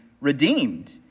redeemed